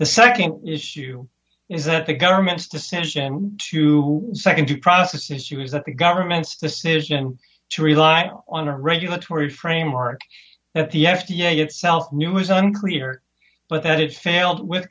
the nd issue is that the government's decision to nd due process issue is that the government's decision to rely on a regulatory framework that the f d a itself knew was unclear but that it failed with